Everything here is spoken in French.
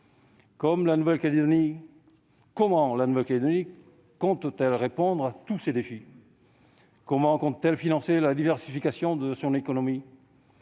Comment la Nouvelle-Calédonie compte-t-elle répondre à tous ces défis ? Comment compte-t-elle financer la diversification de son économie ?